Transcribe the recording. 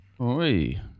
Oi